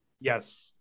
Yes